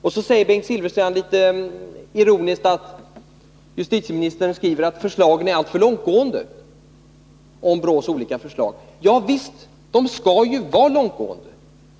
Bengt Silfverstrand säger litet ironiskt att justitieministern skriver att BRÅ:s olika förslag är alltför långtgående. Ja visst, men de skall ju vara långtgående.